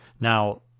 Now